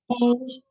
change